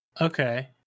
Okay